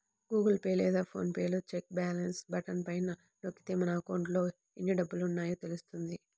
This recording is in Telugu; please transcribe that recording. గూగుల్ పే లేదా ఫోన్ పే లో చెక్ బ్యాలెన్స్ బటన్ పైన నొక్కితే మన అకౌంట్లో ఎన్ని డబ్బులున్నాయో తెలుస్తుంది